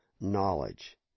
knowledge